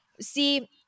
see